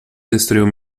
destruiu